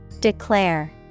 Declare